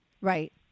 Right